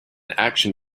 action